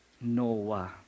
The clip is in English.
Noah